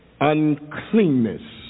Uncleanness